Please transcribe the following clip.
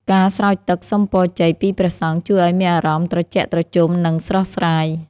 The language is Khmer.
ការស្រោចទឹកសុំពរជ័យពីព្រះសង្ឃ ជួយឱ្យមានអារម្មណ៍ត្រជាក់ត្រជុំ និងស្រស់ស្រាយ។